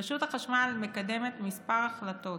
רשות החשמל מקדמת כמה החלטות